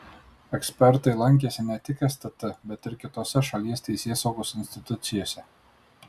ekspertai lankėsi ne tik stt bet ir kitose šalies teisėsaugos institucijose